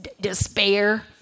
despair